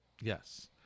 yes